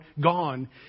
gone